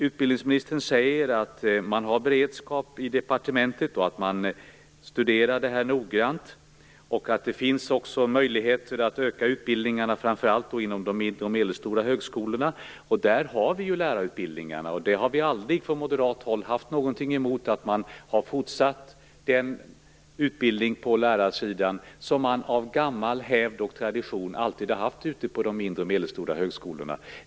Utbildningsministern säger att man har en beredskap i departementet, att man noggrant studerar detta och att det finns möjligheter att öka utbildningarna, framför allt inom de mindre och medelstora högskolorna. Där har ju lärarutbildningarna legat, och vi har från moderat håll aldrig haft någonting emot en fortsättning av den lärarutbildning som av gammal hävd och tradition alltid har funnits ute på de mindre och medelstora högskolorna.